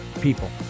people